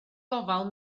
gofal